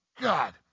God